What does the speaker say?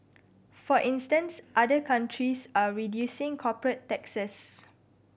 for instance other countries are reducing corporate taxes